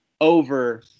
over